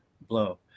blow